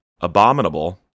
abominable